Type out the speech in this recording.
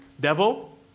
devil